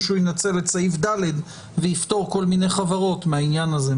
שהוא ינצל את סעיף (ד) ויפטור כל מיני חברות מהעניין הזה.